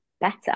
better